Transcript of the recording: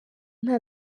nta